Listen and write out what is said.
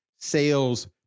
sales